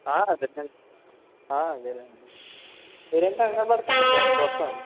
అదే అండి అదేలేండి మీరేమి కంగారు పడకండి మేము చూస్తాము